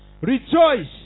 Rejoice